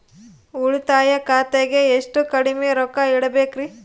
ಉಳಿತಾಯ ಖಾತೆಗೆ ಎಷ್ಟು ಕಡಿಮೆ ರೊಕ್ಕ ಇಡಬೇಕರಿ?